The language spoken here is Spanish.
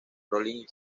rolling